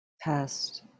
past